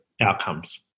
outcomes